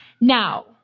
Now